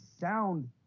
sound